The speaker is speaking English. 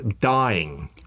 dying